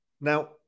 Now